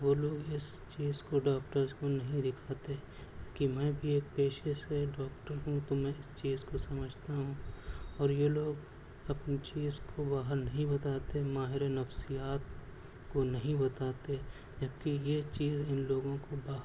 وہ لوگ اس چیز کو ڈاکٹرس کو نہیں دکھاتے کہ میں بھی ایک پیشے سے ڈاکٹر ہوں تو میں اس چیز کو سممجھتا ہوں اور یہ لوگ اپنی چیز کو باہر نہیں بتاتے ماہر نفسیات کو نہیں بتاتے جب کہ یہ چیز ان لوگوں کو باہر